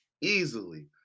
easily